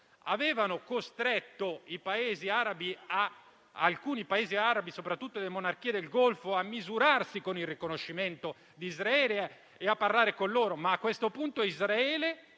avevano costretto alcuni Paesi arabi, soprattutto le monarchie del Golfo, a misurarsi con il riconoscimento di Israele e a parlare con gli israeliani. A questo punto, però,